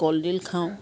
কলডিল খাওঁ